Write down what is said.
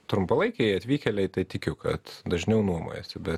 trumpalaikiai atvykėliai tai tikiu kad dažniau nuomojasi bet